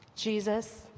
Jesus